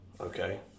Okay